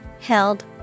held